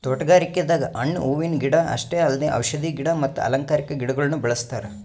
ತೋಟಗಾರಿಕೆದಾಗ್ ಹಣ್ಣ್ ಹೂವಿನ ಗಿಡ ಅಷ್ಟೇ ಅಲ್ದೆ ಔಷಧಿ ಗಿಡ ಮತ್ತ್ ಅಲಂಕಾರಿಕಾ ಗಿಡಗೊಳ್ನು ಬೆಳೆಸ್ತಾರ್